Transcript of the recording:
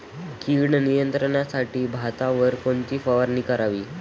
कीड नियंत्रणासाठी भातावर कोणती फवारणी करावी?